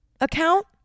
account